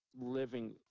living